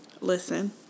Listen